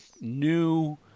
new